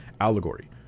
allegory